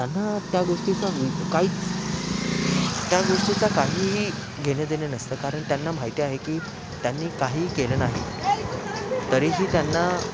त्यांना त्या गोष्टीचा काहीच त्या गोष्टीचं काहीही घेणंदेणं नसतं कारण त्यांना माहिती आहे की त्यांनी काहीही केलं नाही तरीही त्यांना